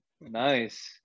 Nice